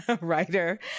writer